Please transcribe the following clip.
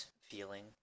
feeling